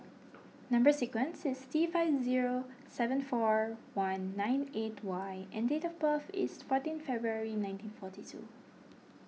Number Sequence is T five zero seven four one nine eight Y and date of birth is fourteen February nineteen forty two